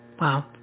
wow